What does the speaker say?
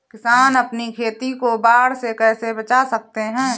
किसान अपनी खेती को बाढ़ से कैसे बचा सकते हैं?